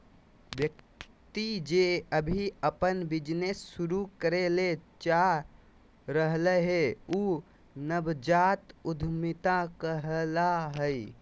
व्यक्ति जे अभी अपन बिजनेस शुरू करे ले चाह रहलय हें उ नवजात उद्यमिता कहला हय